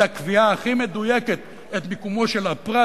זה הקביעה הכי מדויקת את מיקומו של הפרט,